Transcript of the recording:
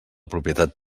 propietat